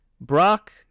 Brock